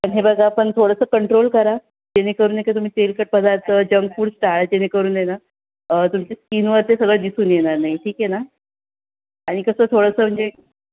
पण हे बघा पण थोडंसं कंट्रोल करा जेणेकरून नाही का तुम्ही तेलकट पदार्थ जंक फूड टाळा जेणेकरून आहे ना तुमची स्कीनवर ते सगळं दिसून येणार नाही ठीक आहे ना आणि कसं थोडंसं म्हणजे